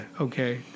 Okay